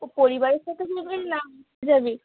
পরিবারের সাথে যাবি না যাবি